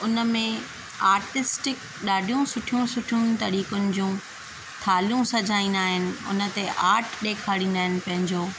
उनमें आर्टिस्टिक ॾाढियूं सुठियूं सुठियूं तरीक़नि जूं थालियूं सजाईंदा आहिनि उन ते आर्ट ॾेखारिंदा आहिनि पंहिंजो